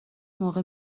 موقع